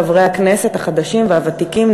חברי הכנסת החדשים והוותיקים,